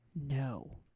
No